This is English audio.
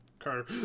Carter